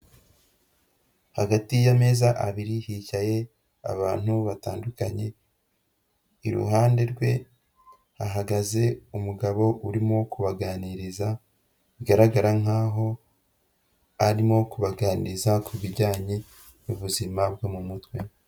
Hagati y'ameza abiri hicaye abantu batandukanye, iruhande rwe hahagaze umugabo urimo kubaganiriza, bigaragara nkaho arimo kubaganiriza ku bijyanye n'ubuzima bwo mu mutwe.